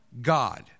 God